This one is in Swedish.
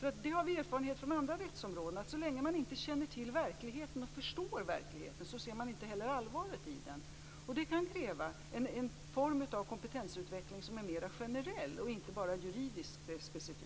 En erfarenhet vi har från andra rättsområden är att så länge man inte känner till och förstår verkligheten ser man inte heller allvaret i den. Det kan kräva en form av kompetensutveckling som är mera generell och inte bara specifikt